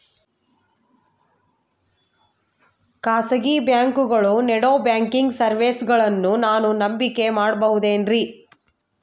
ಖಾಸಗಿ ಬ್ಯಾಂಕುಗಳು ನೇಡೋ ಬ್ಯಾಂಕಿಗ್ ಸರ್ವೇಸಗಳನ್ನು ನಾನು ನಂಬಿಕೆ ಮಾಡಬಹುದೇನ್ರಿ?